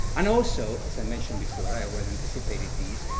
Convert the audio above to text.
and also, as i mentioned before, i already anticipated these,